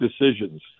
decisions